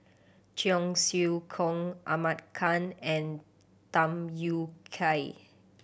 Cheong Siew Keong Ahmad Khan and Tham Yui Kai